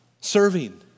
serving